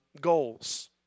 goals